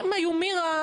היה יומירה,